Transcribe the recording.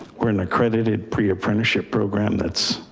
we're an accredited pre-apprenticeship program. that's.